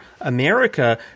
America